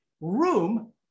room